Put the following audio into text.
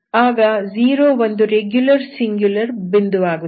ಆಗ 0 ಒಂದು regular singular ಬಿಂದು ವಾಗುತ್ತದೆ